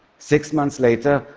six months later,